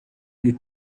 you